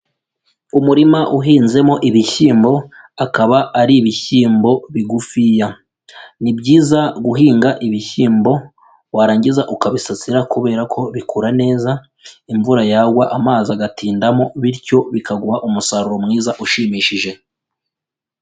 Umurima uhinzemo ibishyimbo, akaba ari ibishyimbo bigufiya. Ni byiza guhinga ibishyimbo, warangiza ukabisasira kubera ko bikura neza, imvura yagwa amazi agatindamo, bityo bikaguha umusaruro mwiza ushimishije.